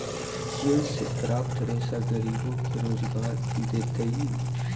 चीड़ से प्राप्त रेशा गरीब के रोजगार देतइ